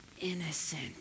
innocent